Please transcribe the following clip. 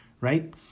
Right